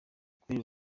kubera